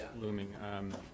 looming